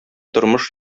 тормыш